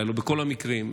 אולי לא בכל המקרים,